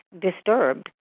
disturbed